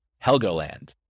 Helgoland